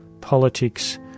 politics